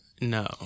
No